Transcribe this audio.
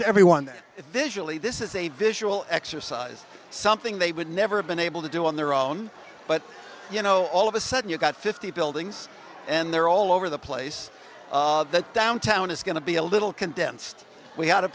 to everyone visually this is a visual exercise something they would never have been able to do on their own but you know all of a sudden you've got fifty buildings and they're all over the place that downtown is and to be a little condensed we had a